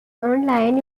online